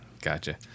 gotcha